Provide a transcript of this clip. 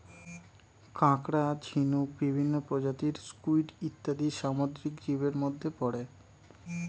কাঁকড়া, ঝিনুক, বিভিন্ন প্রজাতির স্কুইড ইত্যাদি সামুদ্রিক জীবের মধ্যে পড়ে